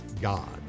God